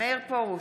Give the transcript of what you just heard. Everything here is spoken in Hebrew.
מאיר פרוש,